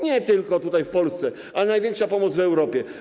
Nie tylko tutaj, w Polsce, ale największa pomoc w Europie.